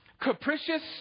capricious